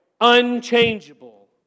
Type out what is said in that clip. Unchangeable